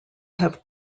have